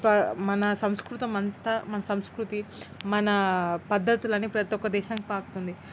ప మన సంస్కృతం అంతా మన సంస్కృతి మన పద్ధతులు అన్ని ప్రతి ఒక్క దేశానికి పాకుతుంది